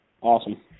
Awesome